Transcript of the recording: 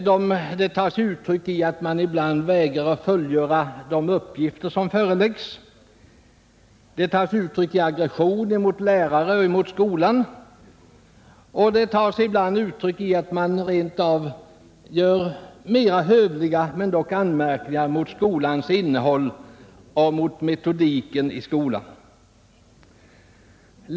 Missnöjet tar sig uttryck i att eleverna ibland vägrar fullgöra de uppgifter som föreläggs, det tar sig uttryck i aggressioner mot lärare och mot skolan, och ibland görs mera hövliga men dock anmärkningar mot skolans innehåll och mot metodiken i skolarbetet.